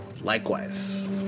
Likewise